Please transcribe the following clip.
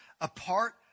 apart